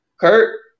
Kurt